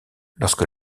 lorsque